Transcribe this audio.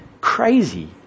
crazy